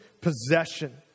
possession